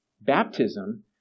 Baptism